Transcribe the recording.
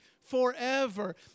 forever